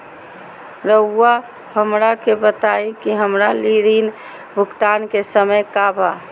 रहुआ हमरा के बताइं कि हमरा ऋण भुगतान के समय का बा?